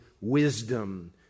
wisdom